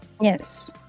Yes